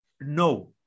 no